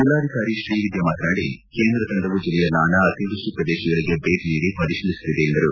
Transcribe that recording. ಜೆಲ್ಲಾಧಿಕಾರಿ ಶ್ರೀವಿದ್ಯಾ ಮಾತನಾಡಿ ಕೇಂದ್ರ ತಂಡವು ಜೆಲ್ಲೆಯ ನಾನಾ ಅತಿವೃಷ್ಷಿ ಪ್ರದೇಶಗಳಿಗೆ ಭೇಟಿ ನೀಡಿ ಪರಿಶೀಲಿಸುತ್ತಿದೆ ಎಂದರು